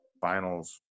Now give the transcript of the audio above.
finals